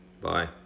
Bye